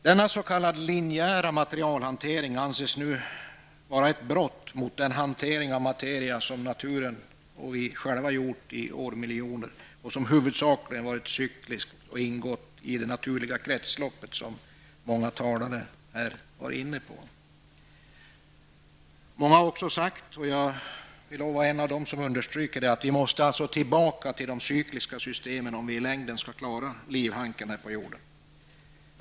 Denna s.k. linjära materialhantering anses nu vara ett brott mot den hantering av materia som naturen och vi själva gjort i årmiljoner och som huvudsakligen varit cyklisk, dvs. ingått i det naturliga kretsloppet, som många talare varit inne på. Man har också sagt, och jag vill understryka det, att vi måste tillbaka till de cykliska systemen om vi skall klara livhanken här på jorden i längden.